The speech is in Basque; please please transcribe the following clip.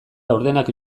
laurdenak